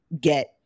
get